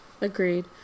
Agreed